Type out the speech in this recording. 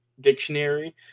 dictionary